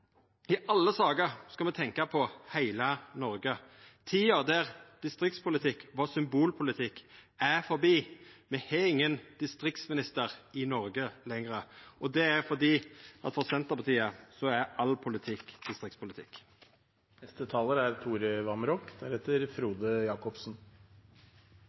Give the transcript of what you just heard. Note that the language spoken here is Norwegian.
I alle saker skal me tenkja på heile Noreg. Tida der distriktspolitikk var symbolpolitikk, er forbi. Me har ingen distriktsminister i Noreg lenger, og det er fordi at for Senterpartiet er all politikk distriktspolitikk.